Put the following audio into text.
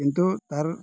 କିନ୍ତୁ ତା'ର୍